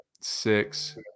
six